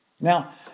Now